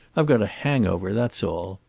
i've got a hangover, that's all.